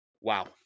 Wow